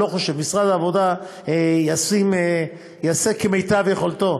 אני לא חושב: משרד העבודה יעשה כמיטב יכולתו